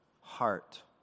heart